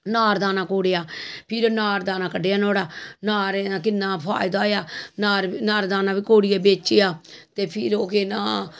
नार दाना कोड़ेआ फिर नार दाना क'ड्डेआ नोहाड़ा नारें दा किन्ना फैदा होएआ नार दाना बी कोड़ियै बेचेआ ते फिर ओह् केह् नां